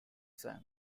sang